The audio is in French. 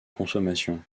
consommation